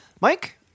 Mike